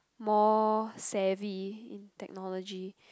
more savvy in technology